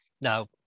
Now